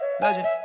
Legend